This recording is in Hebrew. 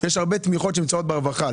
ויש הרבה תמיכות שנמצאות ברווחה.